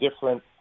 different